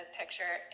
picture